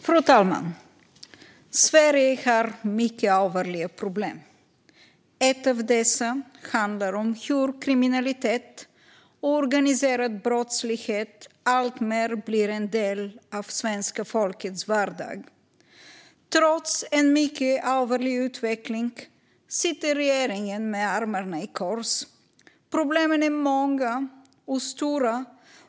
Fru talman! Sverige har mycket allvarliga problem. Ett av dessa handlar om hur kriminalitet och organiserad brottslighet alltmer blir en del av svenska folkets vardag. Trots en mycket allvarlig utveckling sitter regeringen med armarna i kors. Problemen är många och stora.